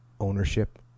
ownership